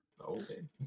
Okay